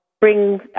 bring